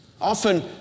Often